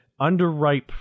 underripe